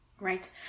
Right